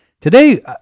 Today